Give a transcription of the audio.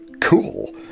Cool